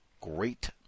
great